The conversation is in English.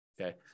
Okay